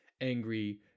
angry